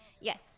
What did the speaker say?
Yes